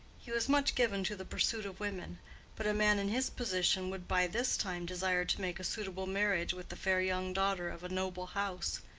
he was much given to the pursuit of women but a man in his position would by this time desire to make a suitable marriage with the fair young daughter of a noble house.